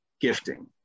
gifting